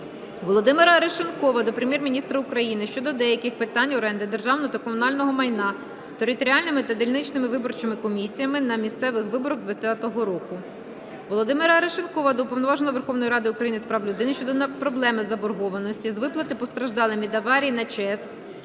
Володимира Арешонкова до Прем'єр-міністра України щодо деяких питань оренди державного та комунального майна територіальними та дільничними виборчими комісіями на місцевих виборах 2020 року. Володимира Арешонкова до Уповноваженого Верховної Ради України з прав людини щодо проблеми заборгованості з виплати постраждалим від аварії на ЧАЕС